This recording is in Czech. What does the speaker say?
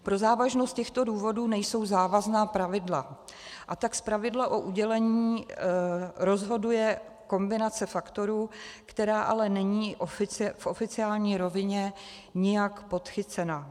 Pro závažnost těchto důvodů nejsou závazná pravidla, a tak zpravidla o udělení rozhoduje kombinace faktorů, která ale není v oficiální rovině nijak podchycena.